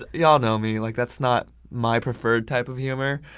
ah y'all know me. like that's not my preferred type of humor.